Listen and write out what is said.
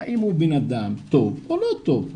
האם הוא בנאדם טוב או לא טוב,